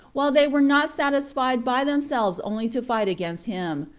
while they were not satisfied by themselves only to fight against him,